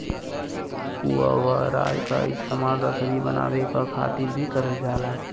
पुवरा क इस्तेमाल रसरी बनावे क खातिर भी करल जाला